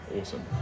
awesome